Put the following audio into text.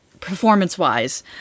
performance-wise